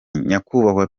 nyakubahwa